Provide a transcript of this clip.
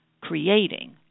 creating